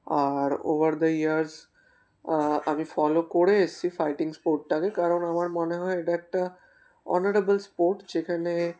R over the years আমি follow করে এসেছি ফাইটিং স্পোর্টটাকে কারণ আমার মনে হয় এটা একটা অনারেবল স্পোর্ট যেখানে